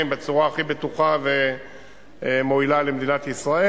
בצורה הכי בטוחה ומועילה למדינת ישראל.